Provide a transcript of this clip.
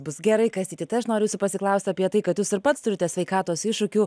bus gerai kastyti tai aš noriu jūsų pasiklausti apie tai kad jūs ir pats turite sveikatos iššūkių